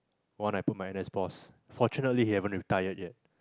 one I put my ex boss fortunately he haven't retired yet